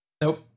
Nope